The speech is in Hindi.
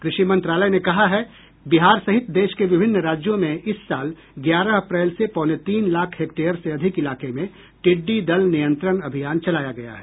कृषि मंत्रालय ने कहा है बिहार सहित देश के विभिन्न राज्यों में इस साल ग्यारह अप्रैल से पौने तीन लाख हेक्टेयर से अधिक इलाके में टिड्डी दल नियंत्रण अभियान चलाया गया है